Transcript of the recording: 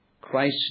Christ